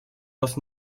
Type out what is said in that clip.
was